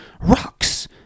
Rocks